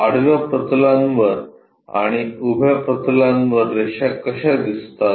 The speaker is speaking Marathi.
आडव्या प्रतलांवर आणि उभ्या प्रतलांवर रेषा कशा दिसतात